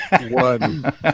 One